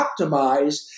optimized